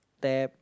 pad